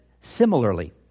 similarly